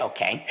Okay